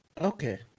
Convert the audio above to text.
Okay